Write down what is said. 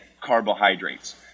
carbohydrates